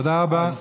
תודה רבה.